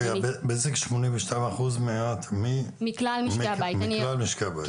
בזק 82% מכלל משקי הבית.